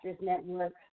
Network